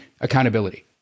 accountability